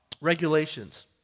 Regulations